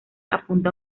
apunta